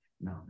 no